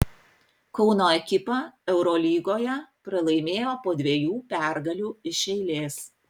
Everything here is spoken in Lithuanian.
kauno ekipa eurolygoje pralaimėjo po dviejų pergalių iš eilės